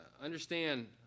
understand